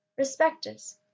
Respectus